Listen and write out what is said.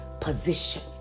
position